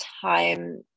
time